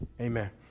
Amen